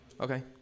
Okay